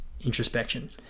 introspection